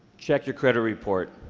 check your credit report.